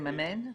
לממן?